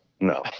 no